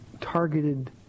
targeted